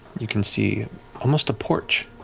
you can see almost a porch